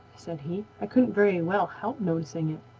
said he. i couldn't very well help noticing it.